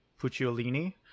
Pucciolini